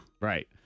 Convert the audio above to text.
right